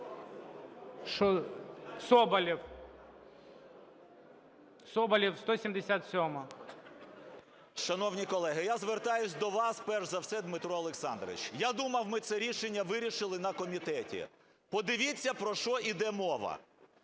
13:22:32 СОБОЛЄВ С.В. Шановні колеги! Я звертаюсь до вас, перш за все, Дмитро Олександрович. Я думав, ми це рішення вирішили на комітеті. Подивіться, про що йде мова.